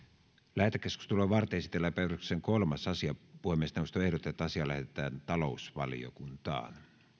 lähetekeskustelua varten esitellään päiväjärjestyksen kolmas asia puhemiesneuvosto ehdottaa että asia lähetetään talousvaliokuntaan